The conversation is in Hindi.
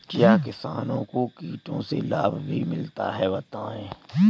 क्या किसानों को कीटों से लाभ भी मिलता है बताएँ?